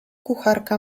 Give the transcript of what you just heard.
kucharka